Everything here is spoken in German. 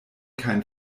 kein